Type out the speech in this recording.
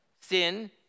Sin